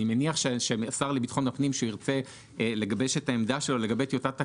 אני מניח שהשר לביטחון הפנים ירצה לגבש את העמדה שלו לגבי טיוטת התקנות.